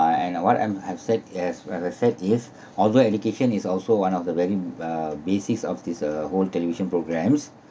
uh and what I'm upset as well except is although education is also one of the very uh basis of this uh whole television programmes